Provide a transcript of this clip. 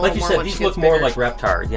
like you said, these look more like reptar, yeah